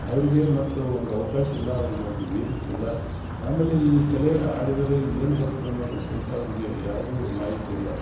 ಅವರಿಗೆ ಮತ್ತು ಒಂದು ಅವ್ಕಾಶ ಇಲ್ಲ ಅವರಿಗೆ ಒಂದು ವೇದಿಕೆ ಇಲ್ಲ ಆಮೇಲೆ ಈ ಕಲೆ ಹಾಡಿದರೆ ಏನು ಬರ್ತದೆ ಅನ್ನೋದು ಸಹಿತ ಅವರಿಗೆ ಯಾವುದು ಮಾಹಿತಿಯಿಲ್ಲ